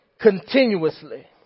continuously